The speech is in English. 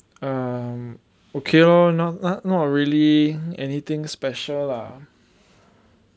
um okay lor not not really anything special lah